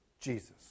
Jesus